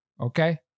okay